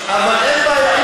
אבל אין בעיה,